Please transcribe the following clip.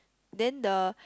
then the